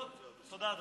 לא תודה,